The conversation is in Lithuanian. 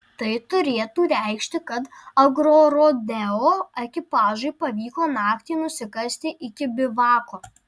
tai turėtų reikšti kad agrorodeo ekipažui pavyko naktį nusikasti iki bivako